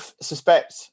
suspect